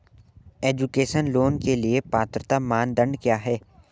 Education loan के लिए पात्रता मानदंड क्या है?